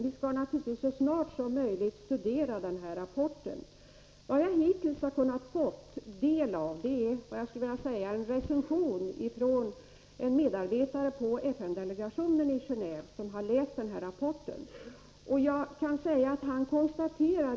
Vi skall naturligtvis så snart som möjligt studera den. Vad jag hittills har kunnat få del av är en recension som en medarbetare i vår FN-delegation i Gendve har gjort, sedan han läst rapporten.